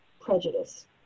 prejudice